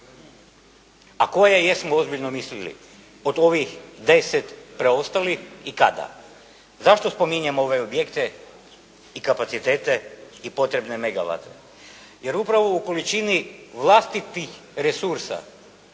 A koje jesmo ozbiljno mislili od ovih 10 preostalih i kada? Zašto spominjem ove objekte i kapacitete i potrebne magawate? Jer upravo u količini vlastitih resursa,